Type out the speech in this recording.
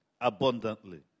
abundantly